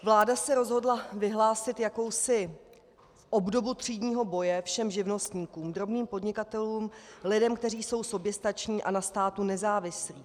Vláda se rozhodla vyhlásit jakousi obdobu třídního boje všem živnostníkům, drobným podnikatelům, lidem, kteří jsou soběstační a na státu nezávislí.